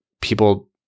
people